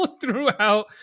throughout